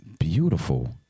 Beautiful